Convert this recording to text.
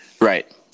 Right